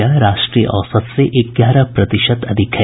यह राष्ट्रीय औसत से ग्यारह प्रतिशत अधिक है